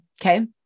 Okay